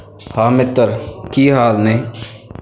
ਹਾਂ ਮਿੱਤਰ ਕੀ ਹਾਲ ਨੇ